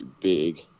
big